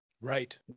Right